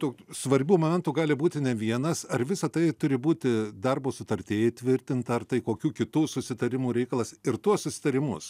tų svarbių momentų gali būti ne vienas ar visa tai turi būti darbo sutartyje įtvirtinta ar tai kokių kitų susitarimų reikalas ir tuos susitarimus